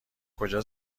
کجا